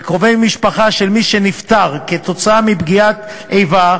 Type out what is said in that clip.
וקרובי משפחה של מי שנפטר כתוצאה מפגיעת איבה,